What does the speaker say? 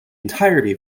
entirety